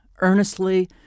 earnestly